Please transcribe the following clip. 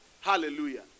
Hallelujah